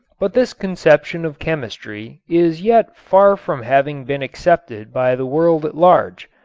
but this conception of chemistry is yet far from having been accepted by the world at large.